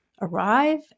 arrive